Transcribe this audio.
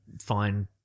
Fine